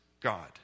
God